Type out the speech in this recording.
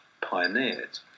pioneered